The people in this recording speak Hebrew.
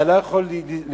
אתה לא יכול לשכוח